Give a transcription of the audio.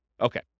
Okay